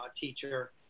teacher